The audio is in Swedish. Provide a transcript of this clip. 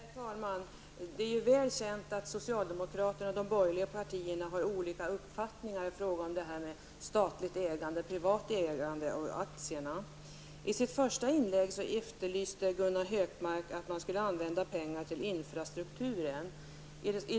Herr talman! Det är väl känt att socialdemokraterna och de borgerliga partierna har olika uppfattningar i frågan om statligt ägande eller privat ägande av aktierna. I sitt första inlägg efterlyste Gunnar Hökmark att regeringen skulle använda pengarna till infrastrukturen.